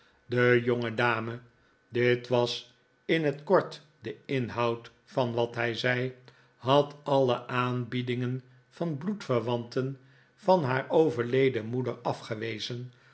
de jongedame dit was in het kort de inhoud van wat hij zei had alle aanbiedingen van bloedverwanten van haar overleden moeder afgewezen